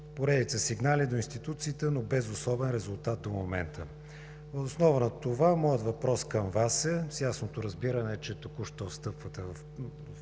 поредица сигнали до институциите, но без особен резултат до момента. Въз основа на това моят въпрос към Вас е – с ясното разбиране, че току-що встъпвате в